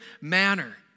manner